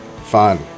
fun